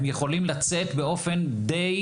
הם יכולים לצאת באופן די